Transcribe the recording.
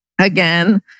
Again